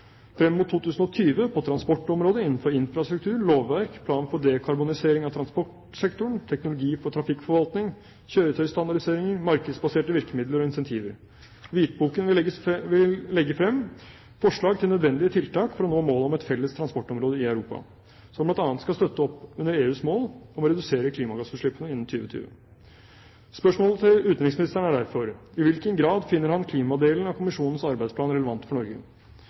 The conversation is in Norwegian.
frem mot 2020 på transportområdet, innenfor infrastruktur, lovverk, plan for dekarbonisering av transportsektoren, teknologi for trafikkforvaltning, kjøretøystandardiseringer, markedsbaserte virkemidler og incentiver. Hvitboken vil legge frem forslag til nødvendige tiltak for å nå målet om et felles transportområde i Europa, som bl.a. skal støtte opp under EUs mål om å redusere klimagassutslippene innen 2020. Spørsmålet til utenriksministeren er derfor: I hvilken grad finner han klimadelen av kommisjonens arbeidsprogram relevant for Norge?